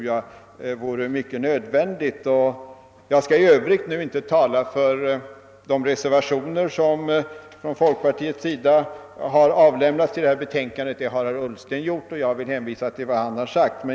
Jag skall inte tala för de reservationer som folkpartiets representanter har avgivit — det har herr Ullsten redan gjort, och jag hänvisar till vad han har sagt.